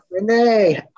Renee